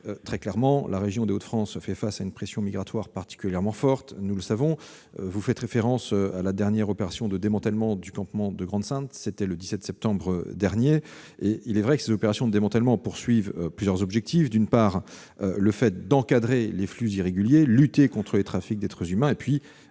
Très clairement, la région des Hauts-de-France fait face à une pression migratoire particulièrement forte, nous le savons. Vous avez évoqué la dernière opération de démantèlement du campement de Grande-Synthe, le 17 septembre dernier. De telles opérations de démantèlement ont deux objectifs : d'une part, encadrer les flux irréguliers et lutter contre les trafics d'êtres humains ;